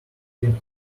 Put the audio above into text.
been